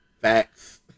Facts